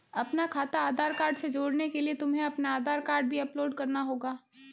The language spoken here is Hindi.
अपना खाता आधार कार्ड से जोड़ने के लिए तुम्हें अपना आधार कार्ड भी अपलोड करना होगा